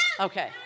Okay